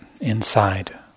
inside